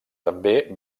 també